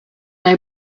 been